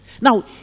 Now